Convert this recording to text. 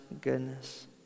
goodness